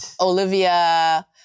Olivia